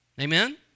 Amen